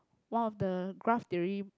one of the graph theory